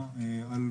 עושים,